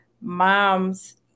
moms